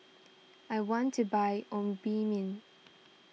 I want to buy Obimin